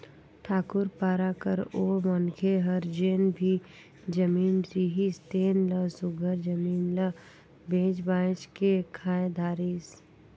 ठाकुर पारा कर ओ मनखे हर जेन भी जमीन रिहिस तेन ल सुग्घर जमीन ल बेंच बाएंच के खाए धारिस